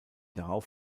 darauf